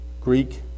Greek